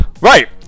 Right